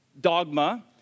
dogma